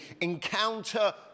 encounter